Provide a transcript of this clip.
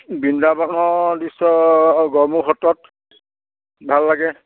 বৃন্দাবনৰ দৃশ্য গড়মূৰ সত্ৰত ভাল লাগে